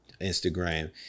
instagram